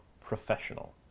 professional